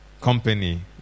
company